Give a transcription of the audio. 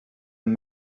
and